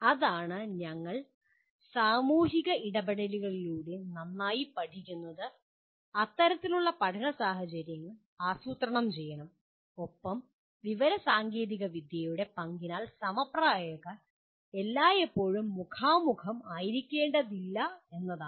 അതാണ് നിങ്ങൾ സാമൂഹിക ഇടപെടലുകളിലൂടെ നന്നായി പഠിക്കുന്നത് അത്തരത്തിലുള്ള പഠന സാഹചര്യങ്ങൾ ആസൂത്രണം ചെയ്യണം ഒപ്പം വിവരസാങ്കേതികവിദ്യയുടെ പങ്കിനാൽ സമപ്രായക്കാർ എല്ലായ്പ്പോഴും മുഖാമുഖം ആയിരിക്കേണ്ടതില്ല എന്നതാണ്